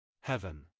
heaven